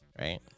right